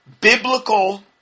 biblical